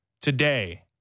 today